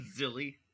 Zilly